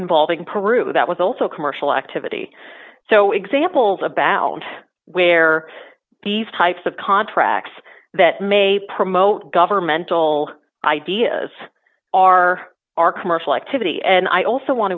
involving peru that was also commercial activity so examples abound where these types of contracts that may promote governmental ideas are our commercial activity and i also want